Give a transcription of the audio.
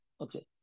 Okay